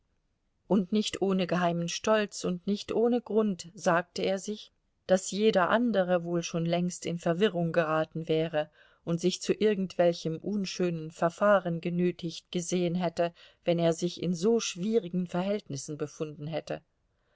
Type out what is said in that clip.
und nicht ohne geheimen stolz und nicht ohne grund sagte er sich daß jeder andere wohl schon längst in verwirrung geraten wäre und sich zu irgendwelchem unschönen verfahren genötigt gesehen hätte wenn er sich in so schwierigen verhältnissen befunden hätte